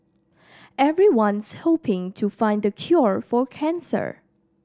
everyone's hoping to find the cure for cancer